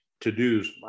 to-dos